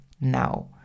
now